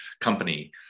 company